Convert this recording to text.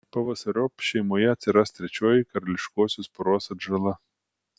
pavasariop šeimoje atsiras trečioji karališkosios poros atžala